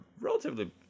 relatively